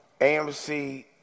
AMC